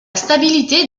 stabilité